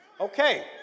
okay